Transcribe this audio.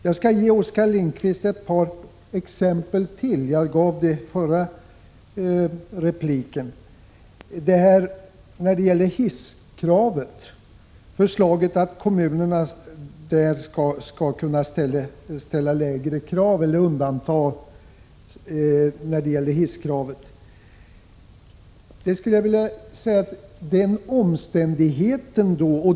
Jag gav Oskar Lindkvist några exempel i min förra replik, och jag skall anföra ytterligare ett par. Det har föreslagits att kommunerna skall få dispens från hisskravet.